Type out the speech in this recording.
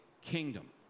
kingdom